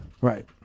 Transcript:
Right